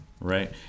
right